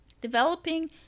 developing